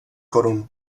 korun